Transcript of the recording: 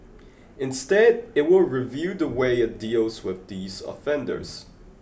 instead it will review the way it deals with these offenders